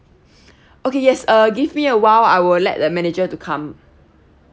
okay yes uh give me awhile I will let the manager to come